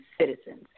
citizens